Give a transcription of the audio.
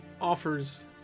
offers